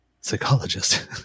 psychologist